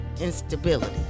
instability